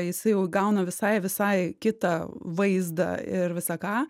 jisai jau įgauna visai visai kitą vaizdą ir visa ką